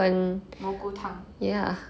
蘑菇汤